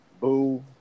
boo